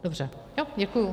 Dobře, děkuji.